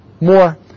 more